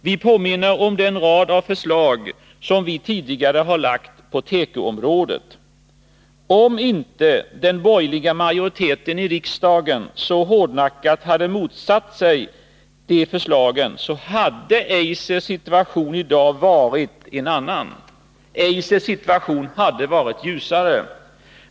Vi påminner om den rad av förslag som vi tidigare har lagt fram på tekoområdet. Om inte den borgerliga majoriteten i riksdagen så hårdnackat hade motsatt sig de förslagen, så hade Eisers situation i dag varit en annan. Eisers situation hade varit ljusare.